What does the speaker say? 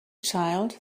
child